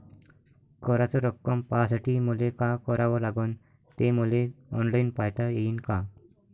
कराच रक्कम पाहासाठी मले का करावं लागन, ते मले ऑनलाईन पायता येईन का?